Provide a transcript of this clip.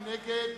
מי נגד?